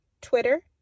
Twitter